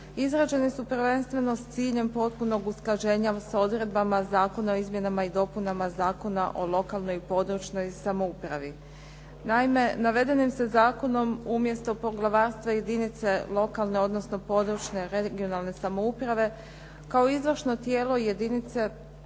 izrađeni su prvenstveno s ciljem potpunog usklađenja s odredbama Zakona o izmjenama i dopunama Zakona o lokalnoj i područnoj samoupravi. Naime, navedenim se zakonom umjesto poglavarstva jedinice lokalne, odnosno područne regionalne samouprave kao izvršno tijelo jedinice